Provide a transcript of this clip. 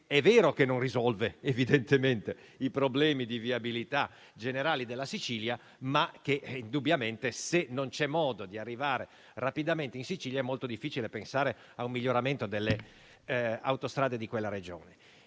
è vero che non risolve evidentemente i problemi di viabilità generali della Sicilia, ma indubbiamente, se non c'è modo di arrivare rapidamente in Sicilia, è molto difficile pensare a un miglioramento delle autostrade di quella Regione.